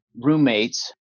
roommates